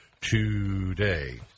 today